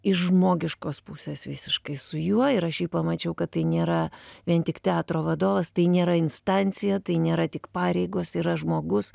iš žmogiškos pusės visiškai su juo ir aš pamačiau kad tai nėra vien tik teatro vadovas tai nėra instancija tai nėra tik pareigos yra žmogus